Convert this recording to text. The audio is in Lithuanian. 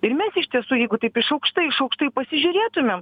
ir mes iš tiesų jeigu taip iš aukštai iš aukštai pasižiūrėtumėm